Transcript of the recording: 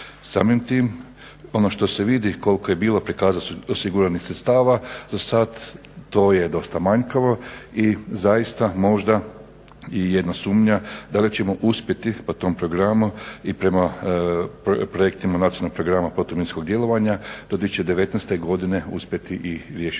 Samim tim, ono što se vidi koliko je bilo prikazano osiguranih sredstava za sad to je dosta manjkavo i zaista možda i jedna sumnja da li ćemo uspjeti po tom programu i prema projektima Nacionalnog programa protuminskog djelovanja do 2019. godine uspjeti i riješiti